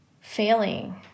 failing